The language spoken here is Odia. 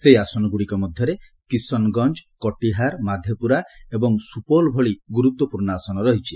ସେହି ଆସନଗୁଡ଼ିକ ମଧ୍ୟରେ କିଶନ୍ଗଞ୍ଜ କଟିହାର ମାଧେପୁରା ଏବଂ ସୁପୌଲ୍ ଭଳି ଗୁରୁତ୍ୱପୂର୍ଣ୍ଣ ଆସନ ରହିଛି